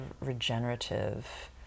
regenerative